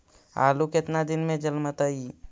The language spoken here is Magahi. आलू केतना दिन में जलमतइ?